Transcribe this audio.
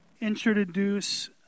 introduce